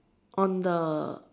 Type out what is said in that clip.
on the